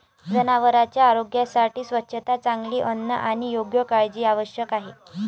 जनावरांच्या आरोग्यासाठी स्वच्छता, चांगले अन्न आणि योग्य काळजी आवश्यक आहे